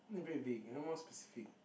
that's very vague I want more specific